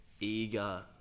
eager